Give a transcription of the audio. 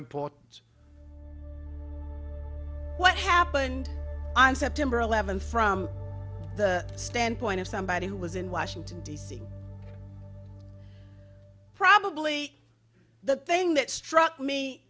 important what happened on september eleventh from the standpoint of somebody who was in washington d c probably the thing that struck me